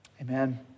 amen